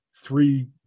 three